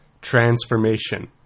transformation